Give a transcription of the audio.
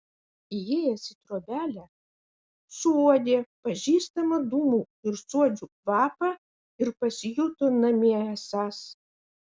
įėjęs į trobelę suuodė pažįstamą dūmų ir suodžių kvapą ir pasijuto namie esąs